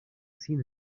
seen